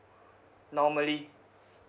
normally